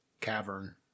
cavern